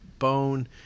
bone